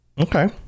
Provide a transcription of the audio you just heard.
okay